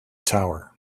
tower